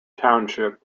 township